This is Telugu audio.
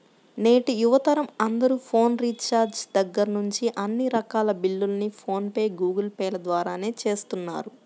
నేటి యువతరం అందరూ ఫోన్ రీఛార్జి దగ్గర్నుంచి అన్ని రకాల బిల్లుల్ని ఫోన్ పే, గూగుల్ పే ల ద్వారానే చేస్తున్నారు